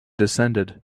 descended